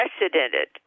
unprecedented